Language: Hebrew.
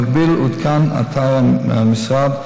במקביל עודכן אתר המשרד,